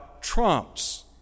trumps